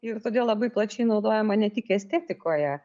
ir todėl labai plačiai naudojama ne tik estetikoje